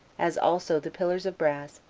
as also the pillars of brass,